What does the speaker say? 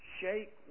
shake